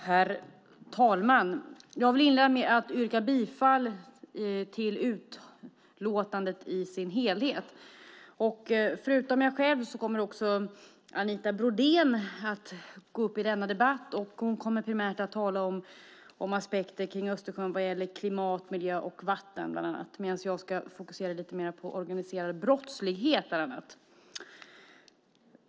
Herr talman! Jag vill inleda med att yrka bifall till förslaget i utlåtandet i dess helhet. Förutom jag själv kommer Anita Brodén att gå upp i denna debatt, och hon kommer primärt att tala om aspekter kring Östersjön vad gäller klimat, miljö och vatten bland annat. Jag ska fokusera lite mer på organiserad brottslighet bland annat.